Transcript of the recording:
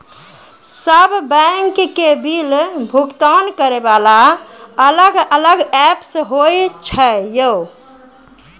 सब बैंक के बिल भुगतान करे वाला अलग अलग ऐप्स होय छै यो?